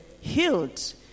healed